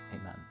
amen